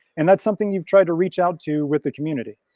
and that's something you've tried to reach out to with the community.